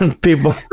people